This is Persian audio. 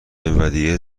ودیعه